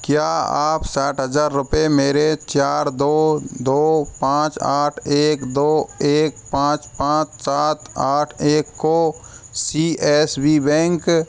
क्या आप साठ हज़ार रूपए मेरे चार दो दो पाँच आठ एक दो एक पाँच पाँच सात आठ एक को सी एस बी बैंक